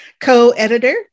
co-editor